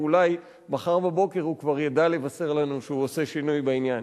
ואולי מחר בבוקר הוא כבר ידע לבשר לנו שהוא עושה שינוי בעניין.